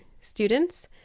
students